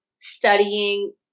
Studying